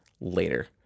later